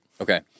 Okay